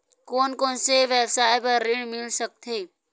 कोन कोन से व्यवसाय बर ऋण मिल सकथे?